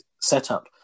setup